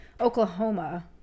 Oklahoma